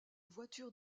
voitures